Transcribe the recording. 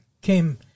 came